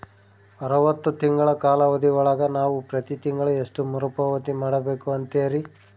ಅರವತ್ತು ತಿಂಗಳ ಕಾಲಾವಧಿ ಒಳಗ ನಾವು ಪ್ರತಿ ತಿಂಗಳು ಎಷ್ಟು ಮರುಪಾವತಿ ಮಾಡಬೇಕು ಅಂತೇರಿ?